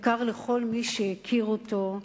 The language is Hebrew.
יקר לכל מי שהכיר אותו,